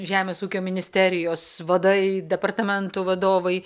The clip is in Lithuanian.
žemės ūkio ministerijos vadai departamentų vadovai